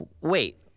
wait